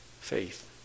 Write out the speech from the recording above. faith